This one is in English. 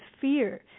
fear